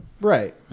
right